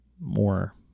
more